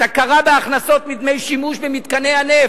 את ההכרה בהכנסות מדמי שימוש במתקני הנפט.